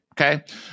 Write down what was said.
Okay